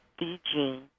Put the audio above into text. DG